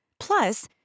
Plus